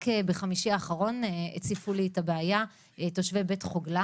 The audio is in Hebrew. רק בחמישי האחרון הציפו לי את הבעיה תושבי בית חגלה